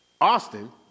Austin